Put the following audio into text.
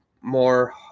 more